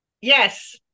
Yes